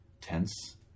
tense